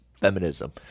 feminism